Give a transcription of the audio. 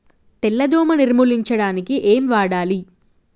తెల్ల దోమ నిర్ములించడానికి ఏం వాడాలి?